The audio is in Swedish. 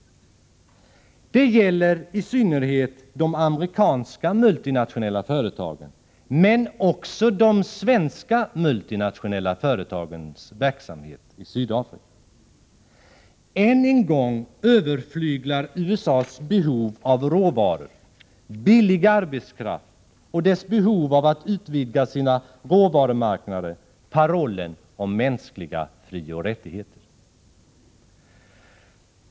Det gäller i synnerhet de amerikanska multinationella företagen, men också de svenska multinationella företagen i Sydafrika. Än en gång överflyglar USA:s behov av råvaror samt billig arbetskraft och dess behov av att utvidga sina råvarumarknader parollen om mänskliga frioch rättigheter.